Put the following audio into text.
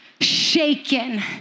shaken